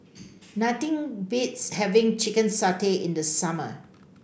nothing beats having Chicken Satay in the summer